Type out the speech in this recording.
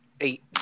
Eight